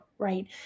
right